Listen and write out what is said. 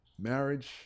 Marriage